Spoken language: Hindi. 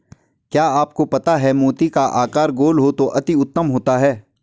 क्या आपको पता है मोती का आकार गोल हो तो अति उत्तम होता है